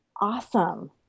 awesome